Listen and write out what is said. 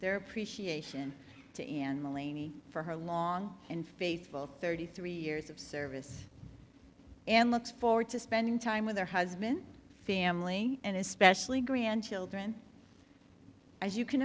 their appreciation to animal amy for her long and faithful thirty three years of service and looks forward to spending time with her husband family and especially grandchildren as you can